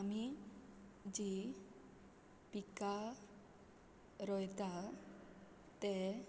आमी जी पिकां रोयता ते